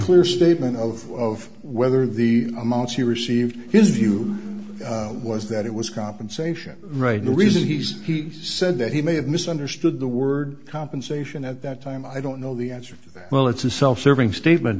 clear statement of whether the amounts he received his view was that it was compensation right the reason he's he said that he may have misunderstood the word compensation at that time i don't know the answer to that well it's a self serving statement